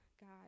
God